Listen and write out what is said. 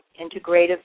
Integrative